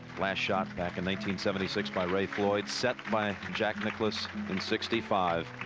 last shot back in nineteen. seventy-six by ray floyd set by jack nicklaus in sixty-five.